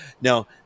now